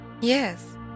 Yes